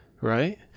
right